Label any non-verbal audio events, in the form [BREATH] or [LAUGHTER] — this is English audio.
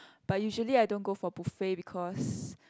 but usually I don't go for buffet because [BREATH]